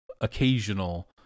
occasional